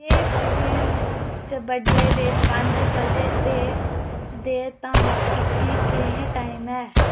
जे Berlin च बडले दे पंज बजे दे दे तां इत्थै केह् टाइम ऐ